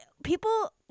People